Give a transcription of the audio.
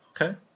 Okay